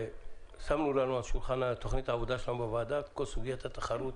שמנו לנו על שולחן תוכנית העבודה של הוועדה את כל סוגיית התחרות.